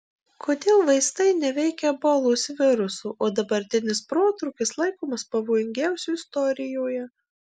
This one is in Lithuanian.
kodėl vaistai neveikia ebolos viruso o dabartinis protrūkis laikomas pavojingiausiu istorijoje